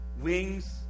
wings